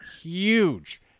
huge